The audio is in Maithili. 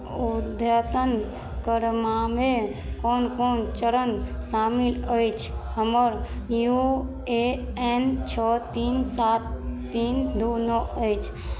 अद्यतन करवामे कोन कोन चरण शामिल अछि हमर यू ए एन छओ तीन सात तीन दू नओ अछि